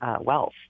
wealth